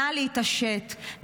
נא להתעשת.